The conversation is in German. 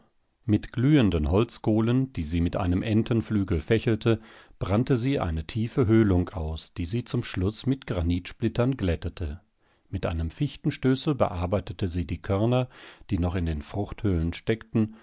mit glühenden holzkohlen die sie mit einem entenflügel fächelte brannte sie eine tiefe höhlung aus die sie zum schluß mit granitsplittern glättete mit einem fichtenstößel bearbeitete sie die körner die noch in den fruchthüllen steckten